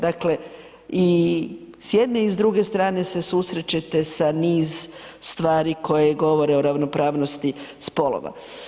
Dakle, i s jedne i s druge strane se susrećete sa niz stvari koje govore o ravnopravnosti spolova.